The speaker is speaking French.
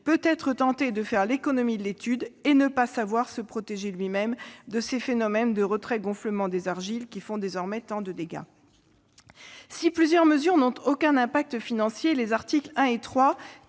peut être tenté de faire l'économie de l'étude, et ne pas savoir se protéger de ces phénomènes de retrait-gonflement des argiles, qui occasionnent désormais tant de dégâts ? Si plusieurs mesures n'ont aucun impact financier, les articles 1 et 3